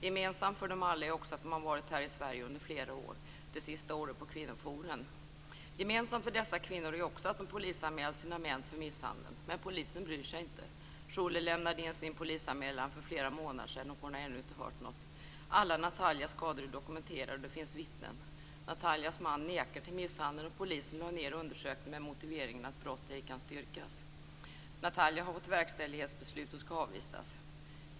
Gemensamt för alla de här kvinnorna är också att de har varit i Sverige i flera år, det senaste året på Kvinnojouren. Gemensamt för dessa kvinnor är också att de har polisanmält sina män för misshandel men polisen bryr sig inte. Sholeh lämnade in sin polisanmälan för flera månader sedan och hon har ännu inte hört något. Alla Nataljas skador är dokumenterade och det finns vittnen. Nataljas man nekar till misshandeln, och polisen har lagt ned undersökningen med motiveringen att brott ej kan styrkas. Natalja har fått verkställighetsbeslut och skall avvisas.